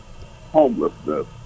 homelessness